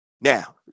Now